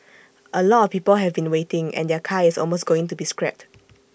A lot of people have been waiting and their car is almost going to be scrapped